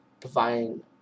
providing